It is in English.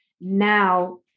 now